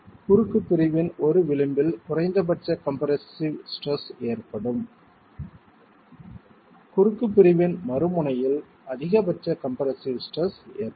குறுக்கு பிரிவின் ஒரு விளிம்பில் குறைந்தபட்ச கம்ப்ரசிவ் ஸ்ட்ரெஸ் ஏற்படும் குறுக்கு பிரிவின் மறுமுனையில் அதிகபட்ச கம்ப்ரசிவ் ஸ்ட்ரெஸ் ஏற்படும்